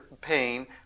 pain